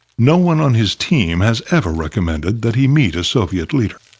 no one on his team has ever recommended that he meet a soviet leader.